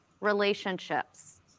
relationships